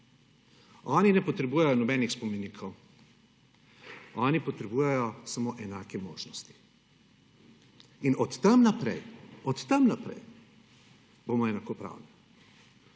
Oni ne potrebujejo nobenih spomenikov, oni potrebujejo samo enake možnosti in od tam naprej bomo enakopravni.